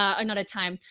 ah, not a time,